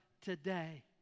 today